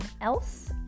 else